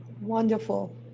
Wonderful